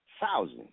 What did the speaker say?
thousand